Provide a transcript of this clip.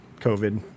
COVID